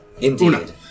Indeed